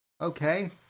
Okay